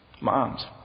moms